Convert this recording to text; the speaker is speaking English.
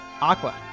Aqua